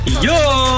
Yo